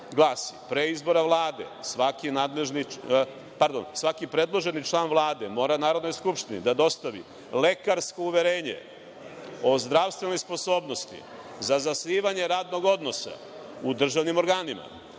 pre izbora Vlade, svaki predloženi član Vlade mora Narodnoj skupštini da dostavi lekarsko uverenje o zdravstvenoj sposobnosti za zasnivanje radnog odnosa u državnim organima.